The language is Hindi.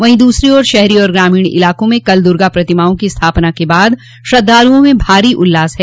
वहीं दूसरी ओर शहरी और ग्रामीण इलाकों में कल दुर्गा प्रतिमाओं की स्थापना के बाद श्रद्वालुओं में भारी उल्लास है